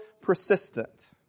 persistent